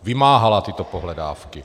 Vymáhala tyto pohledávky.